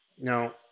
now